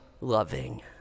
loving